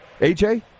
AJ